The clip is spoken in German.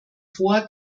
vor